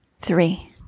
three